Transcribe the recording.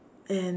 and